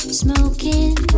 smoking